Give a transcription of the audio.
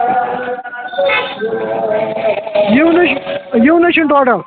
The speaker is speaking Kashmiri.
یِوٲنی چھُنہٕ یِوٲنی چھُنہٕ ٹوٹَل